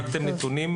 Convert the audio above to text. לא הצגתי נתונים,